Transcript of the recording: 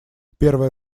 первая